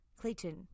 Clayton